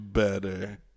better